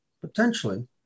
potentially